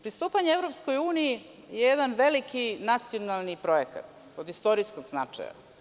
Pristupanje EU je jedan veliki nacionalni projekat od istorijskog značaja.